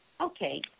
Okay